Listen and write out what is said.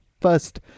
first